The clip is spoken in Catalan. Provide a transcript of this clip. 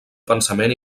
pensament